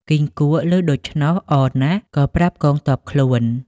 គង្គក់ឮដូច្នោះអរណាស់ក៏ប្រាប់កងទ័ពខ្លួន ។